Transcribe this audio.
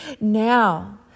Now